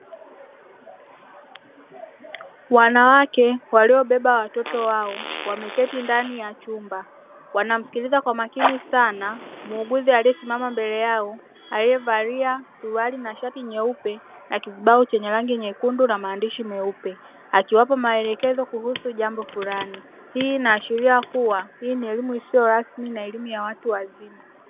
Wanawake waliobeba watoto wao wameketi ndani ya chumba, wanamsikiliza kwa makini sana muuguzi aliyesimama mbele yao aliyevalia suruali na shati nyeupe na kizibao chenye rangi nyekundu na maandishi meupe, akiwapa maelekezo kuhusu jambo fulani, hii inaashiria kuwa hii ni elimu isiyo rasmi na elimu ya watu wazima.